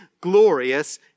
glorious